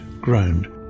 groaned